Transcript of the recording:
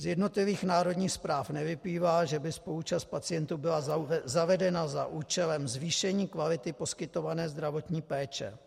Z jednotlivých národních zpráv nevyplývá, že by spoluúčast pacientů byla zavedena za účelem zvýšení kvality poskytované zdravotní péče.